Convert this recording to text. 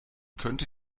könnte